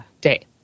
day